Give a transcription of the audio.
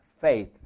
faith